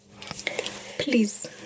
Please